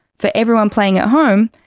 for everyone playing at home,